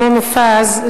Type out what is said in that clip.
כמו מופז,